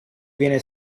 viene